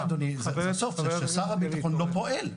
אבל הבעיה, אדוני, היא ששר הביטחון לא פועל.